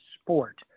sport